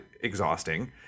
exhausting